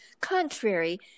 contrary